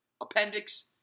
Appendix